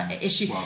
issue